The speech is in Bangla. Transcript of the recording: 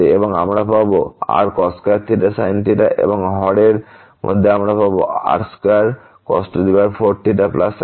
সুতরাং আমরা পাবো rcos2 sin এবং হরের মধ্যে আমরা পাব r2cos4 sin2